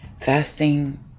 Fasting